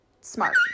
smart